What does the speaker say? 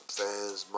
fans